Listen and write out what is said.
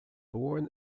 born